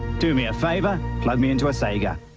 do me a favour, plug me in to a sega!